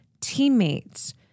teammates